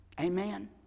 amen